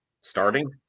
starting